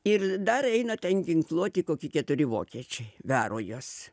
ir dar eina ten ginkluoti koki keturi vokiečiai varo juos